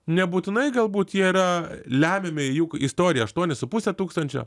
nebūtinai galbūt jie yra lemiami juk istorija aštuoni su puse tūkstančio